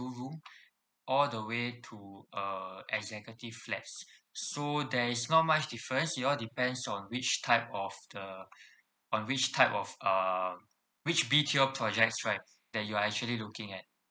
two room all the way to uh executive flats so there is not much difference it all depends on which type of the on which type of uh which B_T_O projects right that you are actually looking at